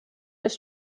was